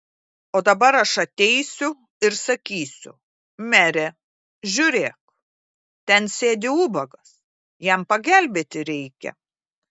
o dabar aš ateisiu ir sakysiu mere žiūrėk ten sėdi ubagas jam pagelbėti reikia